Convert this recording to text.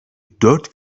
dört